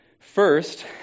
first